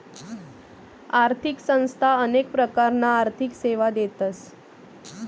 आर्थिक संस्था अनेक प्रकारना आर्थिक सेवा देतस